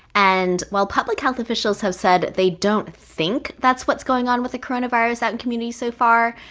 and while public health officials have said they don't think that's what's going on with the coronavirus out in communities so far,